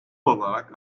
olarak